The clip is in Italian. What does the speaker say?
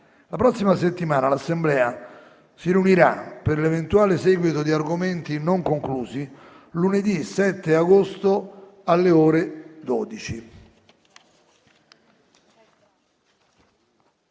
La prossima settimana l'Assemblea si riunirà per l'eventuale seguito di argomenti non conclusi, lunedì 7 agosto, alle ore 12.